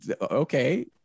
Okay